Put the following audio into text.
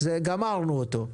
גמרנו אותו,